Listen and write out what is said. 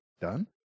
done